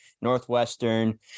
Northwestern